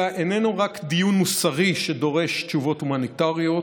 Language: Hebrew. איננו רק דיון מוסרי שדורש תשובות הומניטריות.